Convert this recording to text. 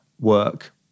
work